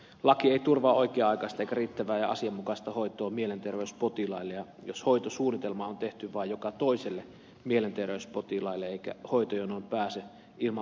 laki ei turvaa oikea aikaista eikä riittävää ja asianmukaista hoitoa mielenterveyspotilaille jos hoitosuunnitelma on tehty vain joka toiselle mielenterveyspotilaalle eikä hoitojonoon pääse ilman hoitosuunnitelmaa